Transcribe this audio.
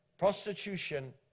Prostitution